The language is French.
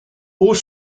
haut